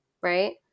Right